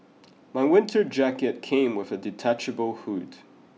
my winter jacket came with a detachable hood